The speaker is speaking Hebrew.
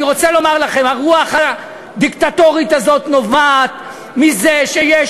אני רוצה להגיד לכם: הרוח הדיקטטורית הזאת נובעת מזה שיש